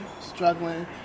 struggling